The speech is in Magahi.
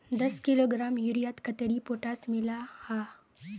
दस किलोग्राम यूरियात कतेरी पोटास मिला हाँ?